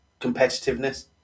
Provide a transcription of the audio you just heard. competitiveness